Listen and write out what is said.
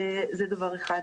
זה דבר אחד.